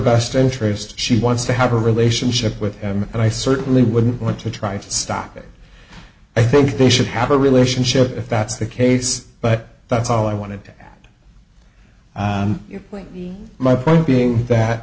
best interest she wants to have a relationship with him and i certainly wouldn't want to try to stop it i think they should have a relationship if that's the case but that's all i want to get your point my point being that